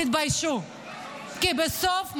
תתביישו כי בסוף,